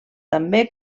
també